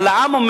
הלע"מ,